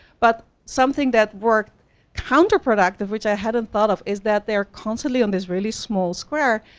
but something that worked counterproductive, which i hadn't thought of, is that they're constantly on this really small square,